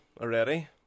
already